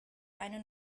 eine